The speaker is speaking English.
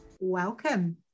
Welcome